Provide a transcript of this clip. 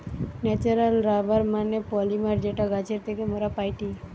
natural rubber মানে polymer যেটা গাছের থেকে মোরা পাইটি